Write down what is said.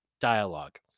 dialogue